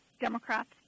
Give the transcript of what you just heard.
Democrats